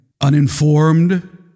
uninformed